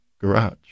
garage